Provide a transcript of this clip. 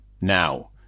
now